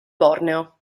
borneo